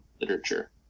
literature